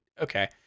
okay